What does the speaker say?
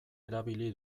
erabili